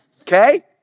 Okay